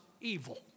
evil